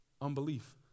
unbelief